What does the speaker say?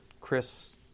Chris